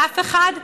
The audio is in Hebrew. לאף אחד,